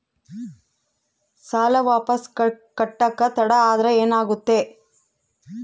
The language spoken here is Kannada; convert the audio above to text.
ಸಾಲ ವಾಪಸ್ ಕಟ್ಟಕ ತಡ ಆದ್ರ ಏನಾಗುತ್ತ?